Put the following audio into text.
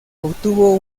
obtuvo